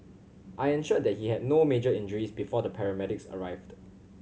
I ensured that he had no major injuries before the paramedics arrived